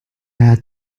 had